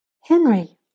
Henry